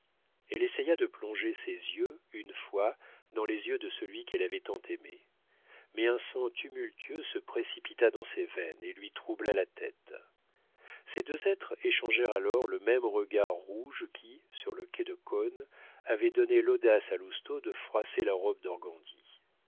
elle essaya de plonger ses yeux une fois dans les yeux de celui qu'elle avait tant aimé mais un sang tumultueux se précipita dans ses veines et lui troubla la tête ces deux êtres échangèrent alors le même regard rouge qui sur le quai de cosne avait donné l'audace à lousteau de froisser la robe